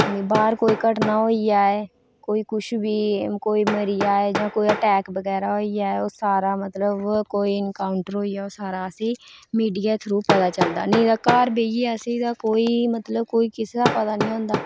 बाह्र कोई घटना होइ जाए कुछ बी कोई मरी जाए तो कुदै टैक बगैरा होई जाए सारा मतलब कोई इन्काउटर होई जाए ओह् सारा असेंई मिडिया दे थ्रू पता चलदा मतलब कोई किसै दा पता निं होंदा